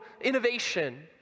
innovation